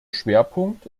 schwerpunkt